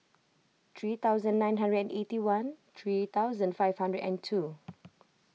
three thousand nine hundred and eighty one three thousand five hundred and two